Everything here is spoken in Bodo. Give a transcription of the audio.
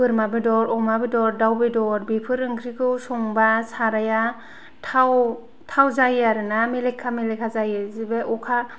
बोरमा बेदर अमा बेदर दाउ बेदर बेफोर ओंख्रिखौ संब्ला साराया थाव थाव जायो आरो ना मेलेखा मेलेखा जायो जेबो अखा